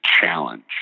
challenge